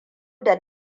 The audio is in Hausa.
da